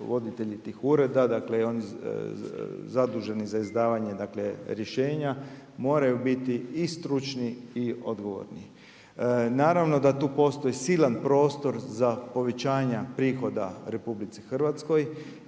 voditelji tih ureda, dakle i oni zaduženi za izdavanje rješenja, moraju biti i stručni i odgovorni. Naravno, da tu postoji silan prostor za povećanja prihoda RH